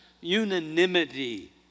unanimity